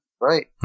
Right